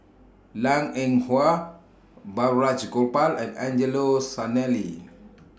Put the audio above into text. Liang Eng Hwa Balraj Gopal and Angelo Sanelli